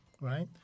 right